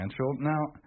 Now